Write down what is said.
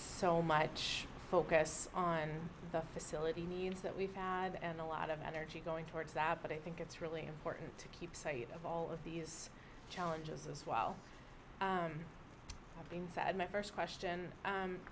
so much focus on the facility needs that we've had and a lot of other g going towards that but i think it's really important to keep sight of all of these challenges as well have been fathomed first question